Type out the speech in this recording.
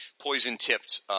poison-tipped